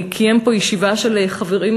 לפני שבוע חבר הכנסת דב ליפמן קיים פה